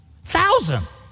Thousand